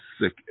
sick